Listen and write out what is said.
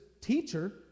teacher